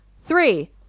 three